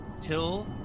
till